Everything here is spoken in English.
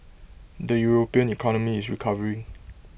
the european economy is recovering